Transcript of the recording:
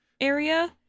area